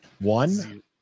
One